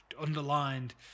underlined